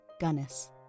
Gunnis